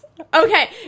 Okay